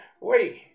Wait